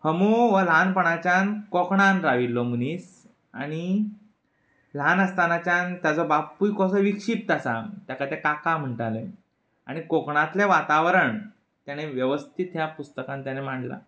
ह मो हो ल्हानपणाच्यान कोंकणांत राविल्लो मनीस आनी ल्हान आसतनाच्यान ताचो बापूय कसो आसा ताका काका म्हणटाले आनी कोंकणांतलें वातावरण तेणें वेवस्थीत ह्या पुस्तकांत ताणें मांडलां